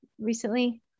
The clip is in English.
recently